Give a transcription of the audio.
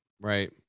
Right